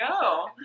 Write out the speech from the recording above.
go